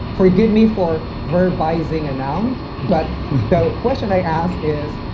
forgive me for verb-izing a noun, but the question i ask is,